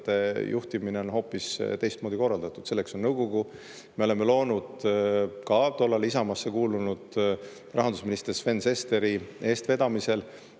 juhtimine on hoopis teistpidi korraldatud. Selleks on nõukogu. Me oleme loonud ka tollal Isamaasse kuulunud rahandusminister Sven Sesteri eestvedamisel